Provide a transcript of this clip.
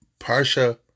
Parsha